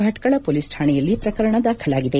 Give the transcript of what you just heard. ಭಟ್ಗಳ police ಠಾಣೆಯಲ್ಲಿ ಪ್ರಕರಣ ದಾಖಲಾಗಿದೆ